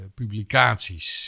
publicaties